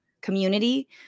community